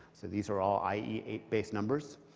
so these are all i e eight based numbers.